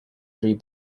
three